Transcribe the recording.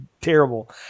terrible